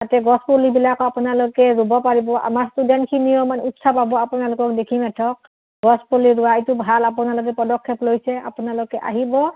তাতে গছ পুলিবিলাকো আপোনালোকে ৰুব পাৰিব আমাৰ ষ্টুডেণ্টখিনিও মানে উৎসাহ পাব আপোনালোকক দেখি গছ পুলি ৰোৱা এইটো ভাল আপোনালোকে পদক্ষেপ লৈছে আপোনালোকে আহিব